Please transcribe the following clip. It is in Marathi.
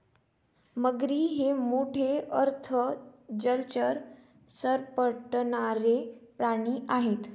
मगरी हे मोठे अर्ध जलचर सरपटणारे प्राणी आहेत